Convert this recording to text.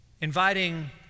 Inviting